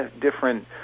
different